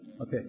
Okay